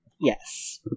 Yes